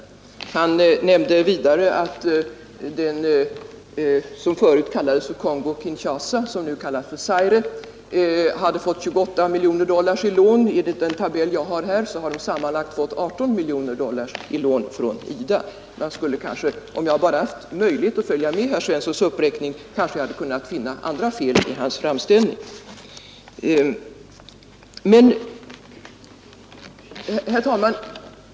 Tidigare sade herr Svensson att vad som förut kallades Kongo-Kinshasa och nu kallas för Zaire har fått 28 miljoner dollar i lån. Enligt den tabell som jag har här har denna stat sammanlagt fått 18 miljoner dollar i lån från IDA. Om jag bara haft möjlighet att följa med i herr Svenssons uppräkning hade jag kanske kunnat finna andra fel i hans framställning. Herr talman!